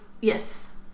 Yes